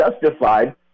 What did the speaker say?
justified